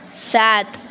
સાત